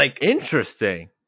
Interesting